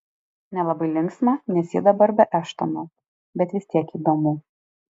nelabai linksma nes ji dabar be eštono bet vis tiek įdomu